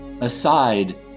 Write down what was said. aside